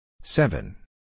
seven